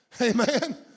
Amen